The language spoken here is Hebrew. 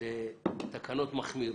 לתקנות מחמירות,